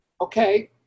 Okay